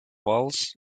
balls